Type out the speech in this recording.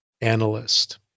analyst